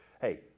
Hey